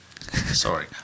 Sorry